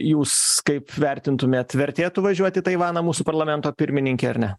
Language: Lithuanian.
jūs kaip vertintumėt vertėtų važiuot į taivaną mūsų parlamento pirmininkei ar ne